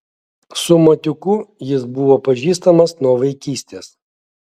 su matiuku jis buvo pažįstamas nuo vaikystės